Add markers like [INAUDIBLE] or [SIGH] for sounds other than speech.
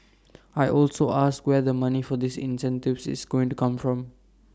[NOISE] I also asked where the money for these incentives is going to come from